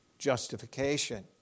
Justification